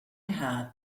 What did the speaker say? had